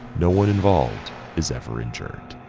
no one involved is ever injured.